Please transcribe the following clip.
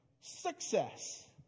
Success